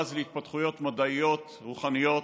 כזרז להתפתחויות מדעיות ורוחניות.